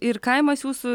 ir kaimas jūsų